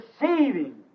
deceiving